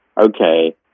okay